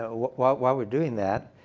ah while while we're doing that,